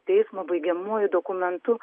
teismo baigiamųjų dokumentu